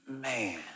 Man